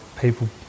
people